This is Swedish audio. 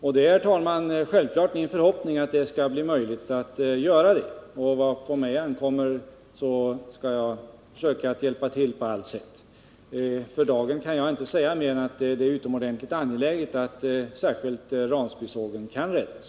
Det är, herr talman, självfallet min förhoppning att det skall bli möjligt att göra en sådan och för min del vill jag hjälpa till på allt sätt. För dagen kan jag inte säga mer än att det är utomordentligt angeläget att särskilt Ransbysågen kan räddas.